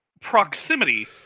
proximity